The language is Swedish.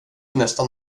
nästan